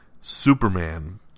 Superman